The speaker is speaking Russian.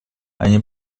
они